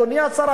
אדוני השר,